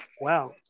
Wow